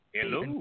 Hello